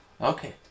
Okay